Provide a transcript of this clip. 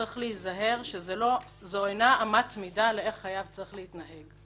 צריך להיזהר שזו אינה אמת מידה לאופן שחייב צריך להתנהג.